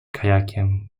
kajakiem